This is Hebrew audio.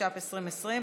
התש"ף 2020,